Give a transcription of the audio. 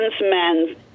men